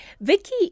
Vicky